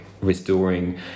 restoring